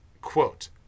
quote